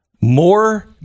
More